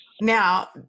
now